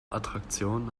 attraktion